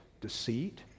deceit